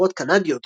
במהדורות קנדיות,